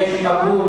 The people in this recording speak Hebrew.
יש מבול